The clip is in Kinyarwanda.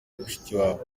mushikiwabo